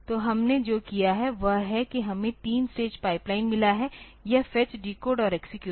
तो हमने जो किया है वह है कि हमे 3 स्टेज पाइपलाइन मिला है यह फेचडिकोड और एक्सेक्यूट